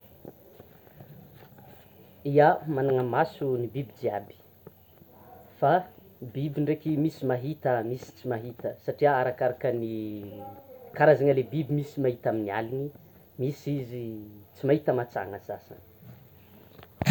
Ia! Manana maso ny biby jiaby, fa biby ndreky misy mahita, misy tsy mahita satria arakaraka ny karazana ilay biby misy tsy mahita amin'ny aliny, misy izy, tsy mahita mantsana sasany.